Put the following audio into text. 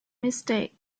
mistake